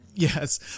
Yes